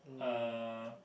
uh